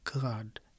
God